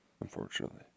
unfortunately